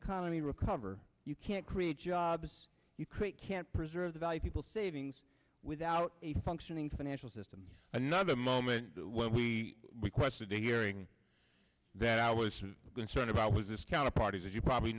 economy recover you can't create jobs you create can't preserve the value people savings without a functioning financial system another moment when we requested a hearing that i was concerned about was this counter parties as you probably